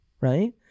right